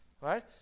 right